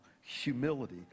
humility